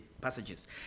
passages